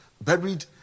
buried